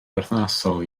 berthnasol